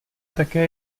také